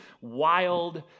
wild